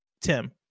Tim